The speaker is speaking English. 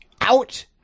out